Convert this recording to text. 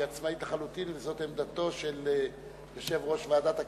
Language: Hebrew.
היא עצמאית לחלוטין וזאת עמדתו של יושב-ראש ועדת הכנסת.